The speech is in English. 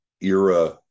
era